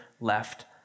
left